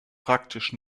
praktisch